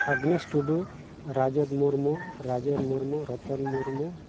Agnes Tudu Rajat Murmu Rajen Murmu Ratan Murmu